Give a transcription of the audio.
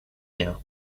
rien